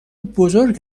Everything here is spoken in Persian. بزرگ